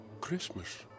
Christmas